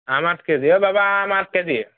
আম আঠ কেজি বাবা আম আঠ কেজি